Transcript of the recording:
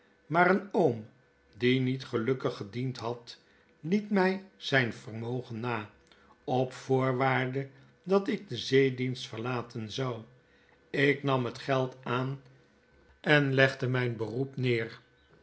maar een oom die niet gelukkig gediend had liet my zyn vermogen na op voorwaarde dat ik den zeedienst verlaten zou ik nam het geld aan en legde myn beroep neer